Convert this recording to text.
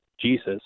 Jesus